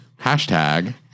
Hashtag